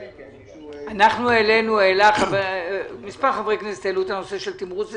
אלא אם כן מישהו --- מספר חברי כנסת העלו את הנושא של תמרוץ וטיפוח.